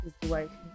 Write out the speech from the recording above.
situation